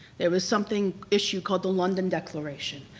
there was something issued called the london declaration.